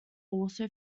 also